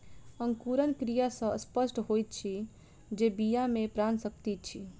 अंकुरण क्रिया सॅ स्पष्ट होइत अछि जे बीया मे प्राण शक्ति अछि